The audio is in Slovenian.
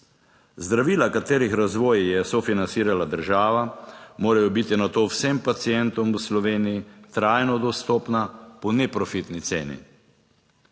Zdravila, katerih razvoj je sofinancirala država, morajo biti na to vsem pacientom v Sloveniji trajno dostopna po neprofitni ceni.